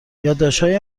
یادداشتهای